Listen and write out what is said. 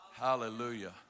Hallelujah